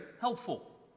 helpful